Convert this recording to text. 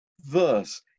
verse